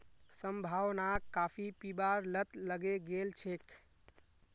संभावनाक काफी पीबार लत लगे गेल छेक